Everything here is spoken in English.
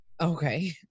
Okay